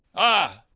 ah?